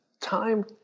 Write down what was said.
time